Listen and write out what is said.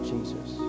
Jesus